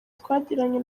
twagiranye